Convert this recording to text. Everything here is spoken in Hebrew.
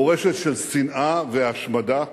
מורשת של שנאה והשמדה,